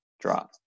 drop